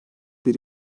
bir